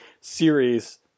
series